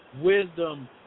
wisdom